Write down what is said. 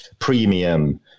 premium